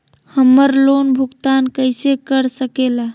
हम्मर लोन भुगतान कैसे कर सके ला?